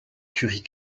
currie